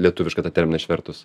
lietuvišką tą terminą išvertus